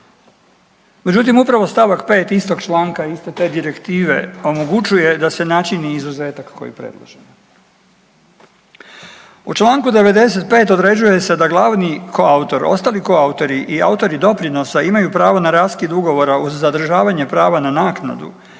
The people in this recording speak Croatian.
međutim, upravo st. 5 istog članka iste te Direktive omogućuje da se načini izuzetak koji je predložen. U čl. 95 određuje se da glavni koautor, ostali koautori i autori doprinosa imaju pravo na raskid ugovora uz zadržavanje prava na naknadu,